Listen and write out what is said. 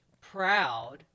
proud